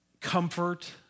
comfort